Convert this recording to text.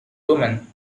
woman